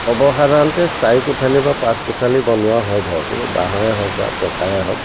সৰ্বসাধাৰণতে চাৰি কোঠালি বা পাঁচ কোঠালি বনোৱা হয় ঘৰটো বাঁহৰেই হওক বা পকাৰে হওক